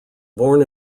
born